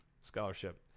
Scholarship